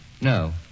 No